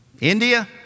India